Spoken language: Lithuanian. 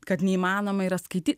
kad neįmanoma yra skaityt